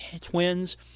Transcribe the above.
Twins